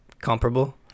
comparable